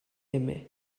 aimé